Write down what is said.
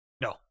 No